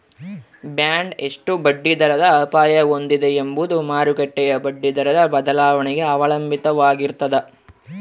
bond ಎಷ್ಟು ಬಡ್ಡಿದರದ ಅಪಾಯ ಹೊಂದಿದೆ ಎಂಬುದು ಮಾರುಕಟ್ಟೆಯ ಬಡ್ಡಿದರದ ಬದಲಾವಣೆಗೆ ಅವಲಂಬಿತವಾಗಿರ್ತದ